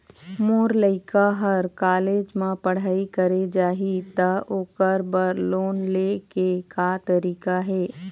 मोर लइका हर कॉलेज म पढ़ई करे जाही, त ओकर बर लोन ले के का तरीका हे?